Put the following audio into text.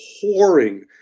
pouring